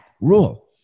rule